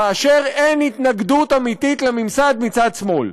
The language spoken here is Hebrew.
כאשר אין התנגדות אמיתית לממסד מצד שמאל.